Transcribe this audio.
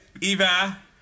Eva